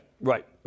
Right